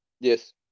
Yes